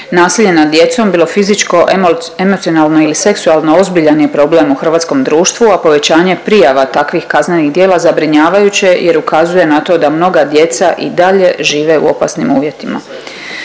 Nasilje nad djecom, bilo fizičko, emocionalno ili seksualno, ozbiljan je problem u hrvatskom društvu, a povećanje prijava takvih kaznenih djela zabrinjavajuće je jer ukazuje na to da mnoga djeca i dalje žive u opasnim uvjetima.